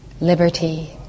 liberty